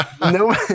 No